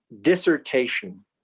dissertation